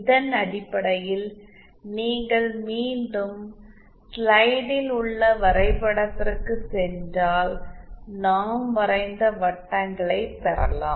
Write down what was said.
இதன் அடிப்படையில் நீங்கள் மீண்டும் ஸ்லைடில் உள்ள வரைபடத்திற்குச் சென்றால் நாம் வரைந்த வட்டங்களைப் பெறலாம்